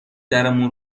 درمون